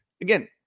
again